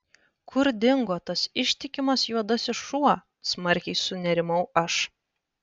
kur dingo tas ištikimas juodasis šuo smarkiai sunerimau aš